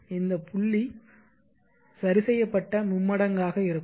எனவே இந்த புள்ளி சரிசெய்யப்பட்ட மும்மடங்காக இருக்கும்